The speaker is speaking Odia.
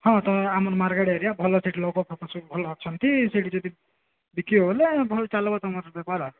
ହଁ ତୁମେ ଆମର ମାରଗାଡ୍ ଏରିଆ ଭଲ ସେଠି ଲୋକ ଫୋକ ସବୁ ଭଲ ଅଛନ୍ତି ସେଠି ଯଦି ବିକିବ ବୋଲେ ଭଲ ଚାଲିବ ତୁମର ବେପାର